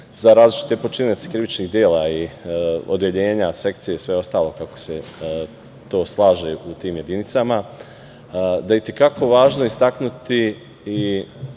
za različite počinioce krivičnih dela i odeljenja, sekcije i sve ostalo, kako se to slaže u tim jedinicama, da je i te kako važno istaknuti i